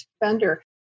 defender